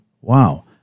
Wow